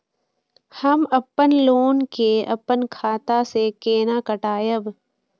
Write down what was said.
हम अपन लोन के अपन खाता से केना कटायब?